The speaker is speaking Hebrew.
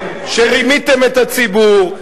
שרימיתם את הציבור,